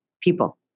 people